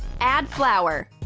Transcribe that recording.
add flour.